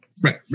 Right